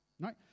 Right